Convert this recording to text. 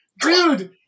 Dude